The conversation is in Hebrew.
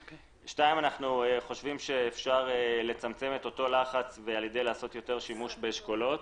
אנחנו חושבים שאפשר לצמצם את אותו לחץ ולעשות יותר שימוש באשכולות,